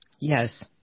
Yes